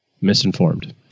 misinformed